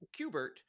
cubert